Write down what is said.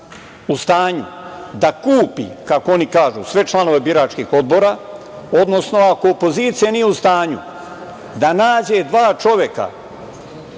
u stanju da kupi, kako oni kažu, sve članove biračkih odbora, odnosno ako opozicija nije u stanju da nađe dva čoveka